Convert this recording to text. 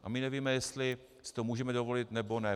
A my nevíme, jestli si to můžeme dovolit, nebo ne.